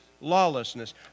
lawlessness